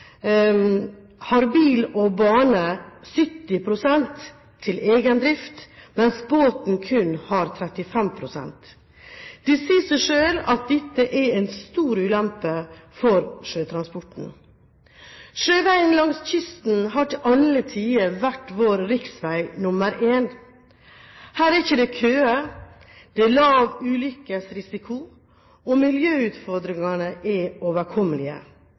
har bil og bane 70 pst. til egen drift, mens båten kun har 35 pst. Det sier seg selv at dette er en stor ulempe for sjøtransporten. Sjøveien langs kysten har til alle tider vært vår riksvei nr. 1. Her er det ikke køer, det er lav ulykkesrisiko, og miljøutfordringene er overkommelige.